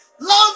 Love